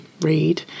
read